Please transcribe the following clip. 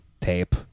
tape